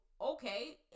okay